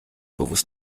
bewusst